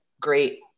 great